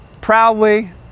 proudly